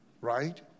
right